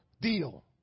deal